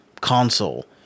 console